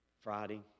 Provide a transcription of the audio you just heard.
Friday